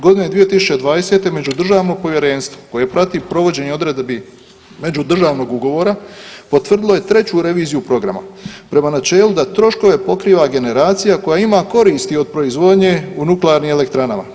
Godine 2020. međudržavno povjerenstvo koje prati provođenje odredbi međudržavnog ugovora potvrdilo je treću reviziju programa prema načelu da troškove pokriva generacija koja ima koristi od proizvodnje u nuklearnim elektranama.